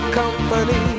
company